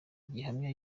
gihamya